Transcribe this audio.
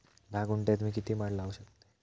धा गुंठयात मी किती माड लावू शकतय?